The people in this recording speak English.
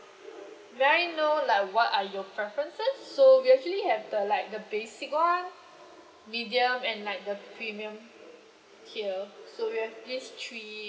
may I know like what are your preferences so we actually have the like the basic one medium and like the premium tier so we have these three